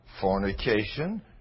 fornication